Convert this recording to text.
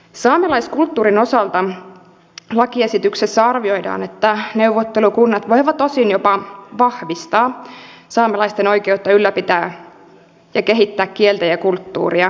saamelaiskulttuurin osalta lakiesityksessä arvioidaan että neuvottelukunnat voivat osin jopa vahvistaa saamelaisten oikeutta ylläpitää ja kehittää kieltä ja kulttuuria